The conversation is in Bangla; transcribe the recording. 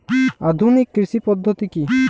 আধুনিক কৃষি পদ্ধতি কী?